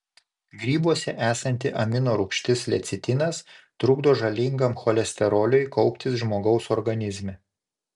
grybuose esanti amino rūgštis lecitinas trukdo žalingam cholesteroliui kauptis žmogaus organizme